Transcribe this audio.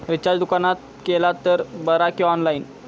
Recharge दुकानात केला तर बरा की ऑनलाइन?